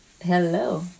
Hello